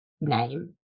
name